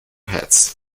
heads